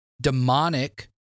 demonic